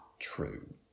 True